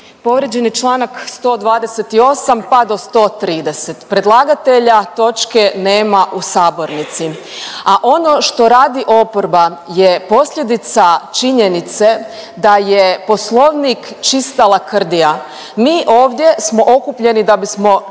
Povrijeđen je čl. 128. pa do 130. Predlagatelj točke nema u sabornici, a ono što radi oporba je posljedica činjenice da je Poslovnik čista lakrdija. Mi ovdje smo okupljeni da bismo čuli